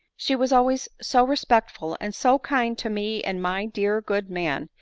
she was always so re spectful, and so kind to me and my dear good man,